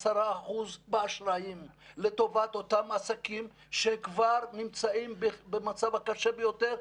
10% באשראי לטובת אותם עסקים שכבר נמצאים במצב הקשה ביותר,